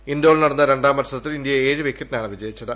ഇൻഡോറിൽ നടന്ന രണ്ടാം മത്സരത്തിൽ ഇന്ത്യ ഏഴ് വിക്കറ്റിനാണ് വിജയിച്ചത്